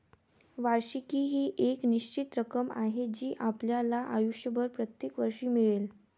वार्षिकी ही एक निश्चित रक्कम आहे जी आपल्याला आयुष्यभर प्रत्येक वर्षी मिळेल